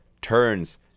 turns